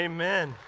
Amen